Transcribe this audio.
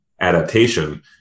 adaptation